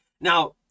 Now